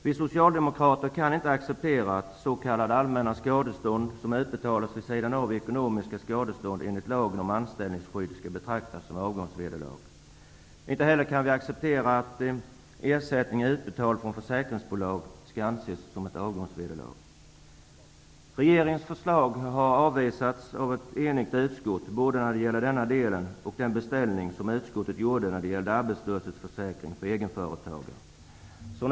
Vi socialdemokrater kan inte acceptera att s.k. allmänna skadestånd som utbetalas vid sidan av ekonomiskt skadestånd enligt lagen om anställningsskydd skall betraktas som avgångsvederlag. Inte heller kan vi acceptera att ersättning utbetald från försäkringsbolag skall anses som avgångsvederlag. Regeringens förslag har avvisats av ett enhälligt utskott, både när det gäller denna del och när det gäller den beställning som utskottet gjorde i fråga om arbetslöshetsförsäkringen för egenföretagare.